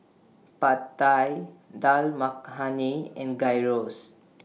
Pad Thai Dal Makhani and Gyros